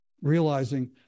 realizing